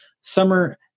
Summer